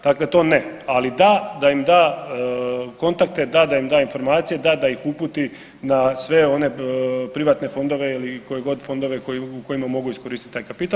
Dakle, to ne, ali da, da im da kontakte, da, da im da informacije, da, da ih uputi na sve one privatne fondove ili koje god fondove u kojima mogu iskoristiti taj kapital.